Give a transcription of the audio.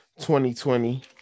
2020